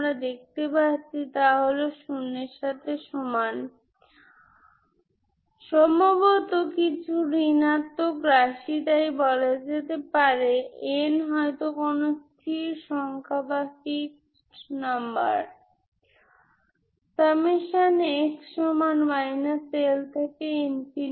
এই বিচ্ছিন্ন ফ্রিকোয়েন্সিগুলির সাথে আমি তাদের একটি লিনিয়ার সংমিশ্রণ হিসাবে একত্রিত করতে পারি আমি আমার সংকেত f ফিরে পেতে পারি ফোরিয়ার সিরিজটি এটাই